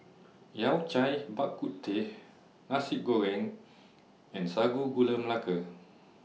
Yao Cai Bak Kut Teh Nasi Goreng and Sago Gula Melaka